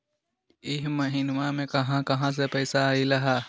इह महिनमा मे कहा कहा से पैसा आईल ह?